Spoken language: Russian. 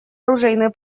оружейной